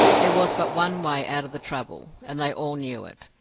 there was but one way out of the trouble, and they all knew it.